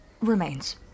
remains